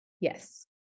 Yes